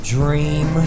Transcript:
Dream